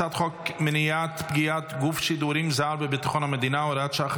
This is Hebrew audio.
הצעת חוק מניעת פגיעת גוף שידורים זר בביטחון המדינה (הוראת שעה,